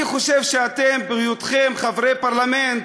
אני חושב שאתם, בהיותכם חברי פרלמנט,